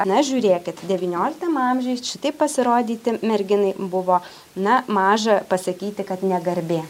ana žiūrėkit devynioliktam amžiuj šitaip pasirodyti merginai buvo na maža pasakyti kad negarbė